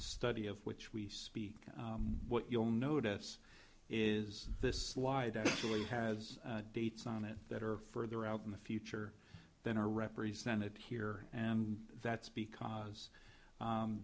study of which we speak what you'll notice is this slide really has dates on it that are further out in the future than are represented here and that's because